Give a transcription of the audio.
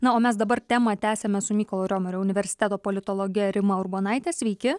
na o mes dabar temą tęsiame su mykolo romerio universiteto politologe rima urbonaite sveiki